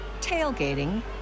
tailgating